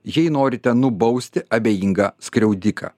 jei norite nubausti abejingą skriaudiką